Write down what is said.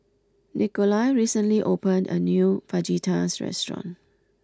Nikolai recently opened a new Fajitas restaurant